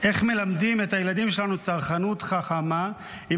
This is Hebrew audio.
איך מלמדים את הילדים שלנו צרכנות חכמה אם